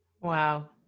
Wow